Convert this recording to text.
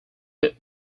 but